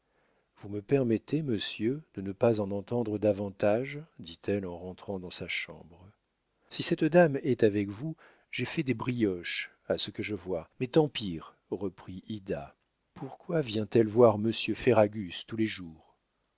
vous me permettrez monsieur de ne pas en entendre davantage dit-elle en rentrant dans sa chambre si cette dame est avec vous j'ai fait des brioches à ce que je vois mais tant pire reprit ida pourquoi vient-elle voir monsieur ferragus tous les jours